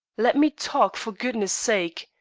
let me talk, for goodness' sake!